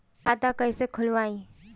खाता कईसे खोलबाइ?